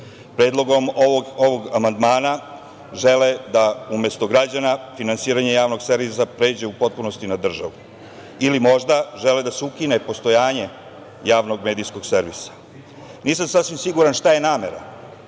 Predlogom ovog amandmana žele da umesto građana finansiranje javnog servisa pređe u potpunosti na državu ili možda žele da se ukine postojanje javnog medijskog servisa. Nisam sasvim siguran šta je namera,